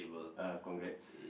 ah congrats